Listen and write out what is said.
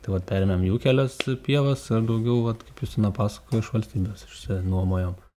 tai vat perėmėm jų kelias pievas ir daugiau vat kaip justina pasakojo iš valstybės išsinuomojom